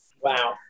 Wow